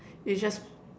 you just